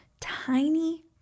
Tiny